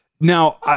Now